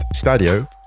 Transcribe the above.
Stadio